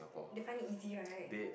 they find it easy right